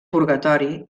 purgatori